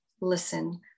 listen